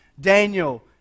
Daniel